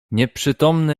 nieprzytomny